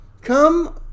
come